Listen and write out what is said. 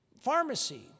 pharmacy